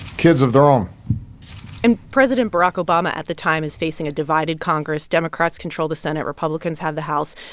kids of their own and president barack obama at the time is facing a divided congress. democrats control the senate, republicans have the house,